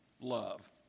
love